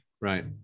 right